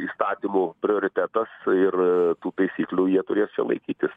įstatymų prioritetas ir tų taisyklių jie turės čia laikytis